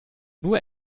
nur